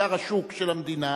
כיכר השוק של המדינה,